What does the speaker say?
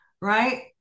right